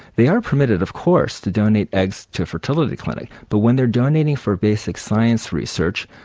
they are permitted, of course, to donate eggs to fertility clinics, but when they're donating for basic science research,